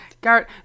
Garrett